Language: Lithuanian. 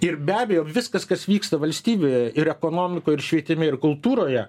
ir be abejo viskas kas vyksta valstybėje ir ekonomikoj ir švietime ir kultūroje